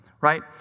right